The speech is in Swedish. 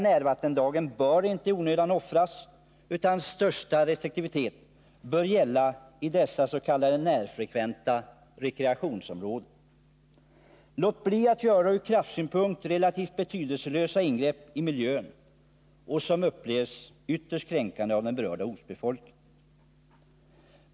Närvattendragen bör inte i onödan offras, utan största restriktivitet bör gälla i fråga om dessas.k. närfrekventa rekreationsområden. Låt bli att göra ur kraftsynpunkt relativt betydelselösa ingrepp i miljön, som upplevs som ytterst kränkande för den berörda ortsbefolkningen!